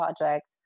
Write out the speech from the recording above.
project